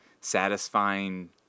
satisfying